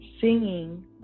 singing